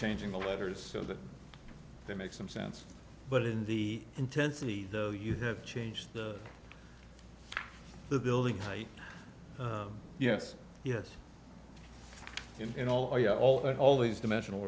changing the letters so that they make some sense but in the intensity though you have changed the building height yes yes and all you all are all these dimensional